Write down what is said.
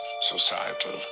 societal